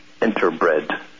interbred